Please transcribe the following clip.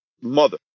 mother